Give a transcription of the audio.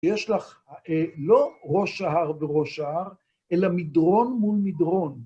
יש לך לא ראש ההר וראש ההר, אלא מדרון מול מדרון.